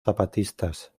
zapatistas